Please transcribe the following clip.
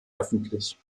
öffentlich